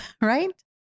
right